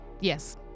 Yes